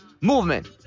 Movement